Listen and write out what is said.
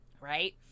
right